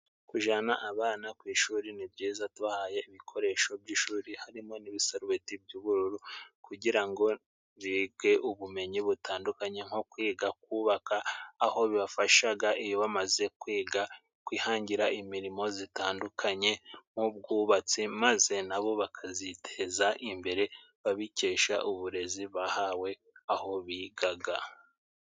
Kujana abana ku ishuri ni byiza tubahaye ibikoresho by'ishuri harimo n'ibisarubeti by'ubururu, kugira ngo bige ubumenyi butandukanye nko kwiga kubaka, aho bibafashaga iyo bamaze kwiga kwihangira imirimo zitandukanye, nk'ubwubatsi maze na bo bakaziteza imbere babikesha uburezi bahawe aho bigaga.